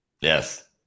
Yes